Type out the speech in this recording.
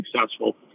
successful